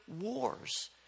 wars